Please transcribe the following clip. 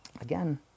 Again